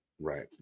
Right